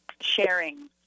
sharing